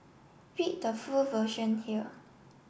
read the full version here